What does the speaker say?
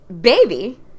Baby